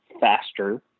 faster